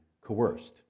coerced